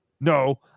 No